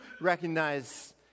recognize